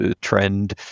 trend